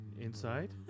inside